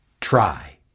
Try